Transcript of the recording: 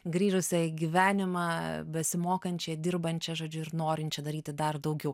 grįžusią į gyvenimą besimokančią dirbančią žodžiu ir norinčią daryti dar daugiau